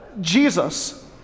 Jesus